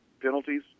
penalties